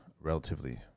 relatively